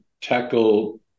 tackle